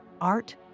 art